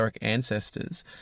ancestors